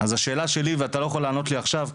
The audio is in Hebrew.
אז השאלה שלי ואתה לא יכול לענות לי עכשיו,